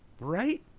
Right